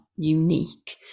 unique